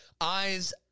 Eyes